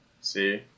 See